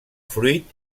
fruit